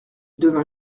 devint